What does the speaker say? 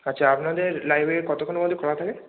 আচ্ছা আপনাদের লাইব্রেরি কতক্ষণ পর্যন্ত খোলা থাকে